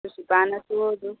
ꯄ꯭ꯔꯤꯟꯁꯤꯄꯥꯜꯅꯁꯨ ꯑꯗꯨꯝ